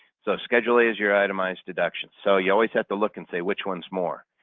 so schedule a is your itemized deductions. so you always have to look and say, which one's more?